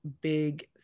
big